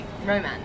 romance